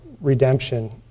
redemption